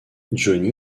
johnny